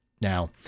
Now